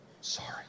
Sorry